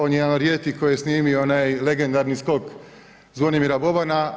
On je jedan od rijetkih koji je snimio onaj legendarni skok Zvonimira Bobana.